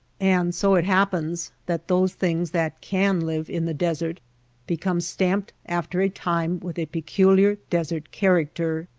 and so it happens that those things that can live in the desert become stamped after a time with a peculiar desert character.